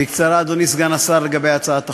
בקצרה, אדוני סגן השר, לגבי הצעת החוק,